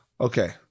okay